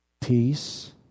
peace